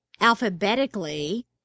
alphabetically